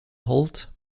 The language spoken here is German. holt